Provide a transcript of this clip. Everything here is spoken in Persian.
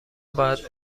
باید